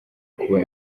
kuba